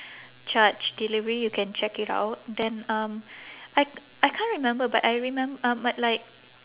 charge delivery you can check it out then um I I can't remember but I remem~ um but like